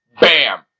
BAM